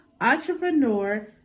entrepreneur